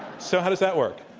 so how does that work?